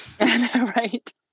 Right